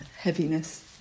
heaviness